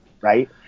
right